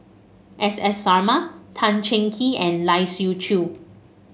S S Sarma Tan Cheng Kee and Lai Siu Chiu